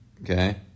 okay